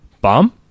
Bomb